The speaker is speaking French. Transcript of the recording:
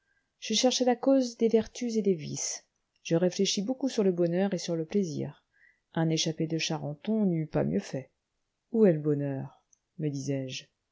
je cherchai la cause des vertus et des vices je réfléchis beaucoup sur le bonheur et sur le plaisir un échappé de charenton n'eût pas mieux fait où est le bonheur me disais-je